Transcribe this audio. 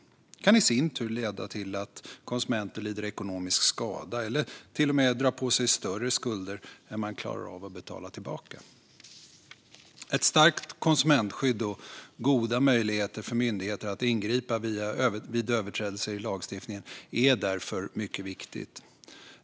Detta kan i sin tur leda till att konsumenter lider ekonomisk skada eller till och med drar på sig större skulder än de klarar av att betala tillbaka. Ett starkt konsumentskydd och goda möjligheter för myndigheter att ingripa vid överträdelse i lagstiftningen är därför mycket viktigt.